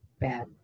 bad